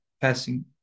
passing